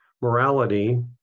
morality